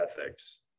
ethics